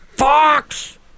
Fox